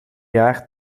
jaar